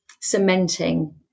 cementing